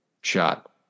shot